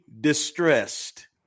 distressed